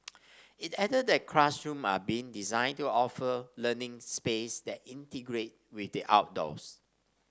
it added that classrooms are being designed to offer learning space that integrate with the outdoors